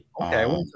Okay